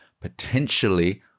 potentially